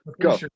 go